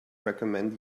recommend